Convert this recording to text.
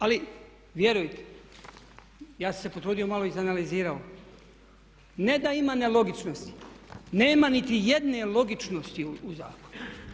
Ali vjerujte ja sam se potrudio malo i izanalizirao ne da ima nelogičnosti nema niti jedne logičnosti u zakonu.